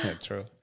True